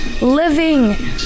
living